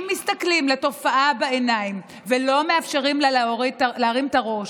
אם מסתכלים לתופעה בעיניים ולא מאפשרים לה להרים את הראש,